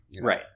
Right